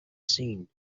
seen